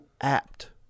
apt